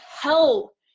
hell